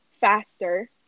faster